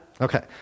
Okay